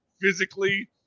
physically